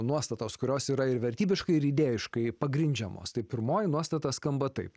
nuostatos kurios yra ir vertybiškai ir idėjiškai pagrindžiamos tai pirmoji nuostata skamba taip